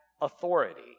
authority